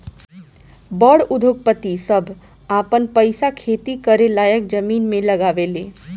बड़ उद्योगपति सभ आपन पईसा खेती करे लायक जमीन मे लगावे ले